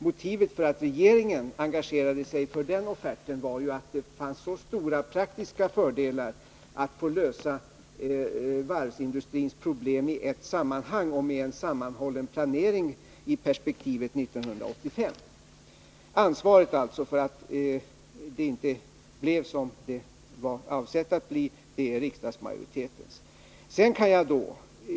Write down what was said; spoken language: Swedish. Motivet för att regeringen engagerade sig för den offerten var ju de stora praktiska fördelarna med att kunna lösa varvsindustrins problem i ett sammanhang och med en sammanhållen planering i perspektivet 1985. Ansvaret för att det inte blev som det var avsett att bli ligger alltså hos riksdagsmajoriteten.